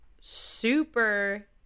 super